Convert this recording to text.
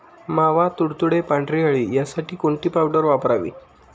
मावा, तुडतुडे, पांढरी अळी यासाठी कोणती पावडर वापरावी?